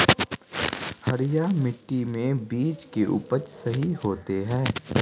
हरिया मिट्टी में बीज के उपज सही होते है?